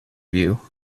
you